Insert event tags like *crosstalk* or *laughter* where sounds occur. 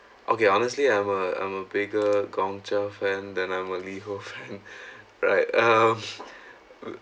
okay honestly I'm a I'm a bigger Gongcha fan than I'm a LiHO fan *laughs* right um